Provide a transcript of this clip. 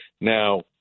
Now